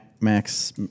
Max